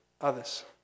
others